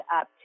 up